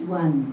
one